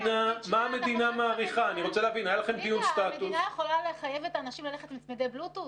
המדינה יכולה לחייב אנשים ללכת עם צמידי בלוטות'?